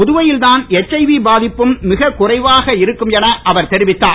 புதுவையில் தான் எச்ஐவி பாதிப்பும் மிக குறைவாக இருக்கும் என அவர் தெரிவித்தார்